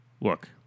look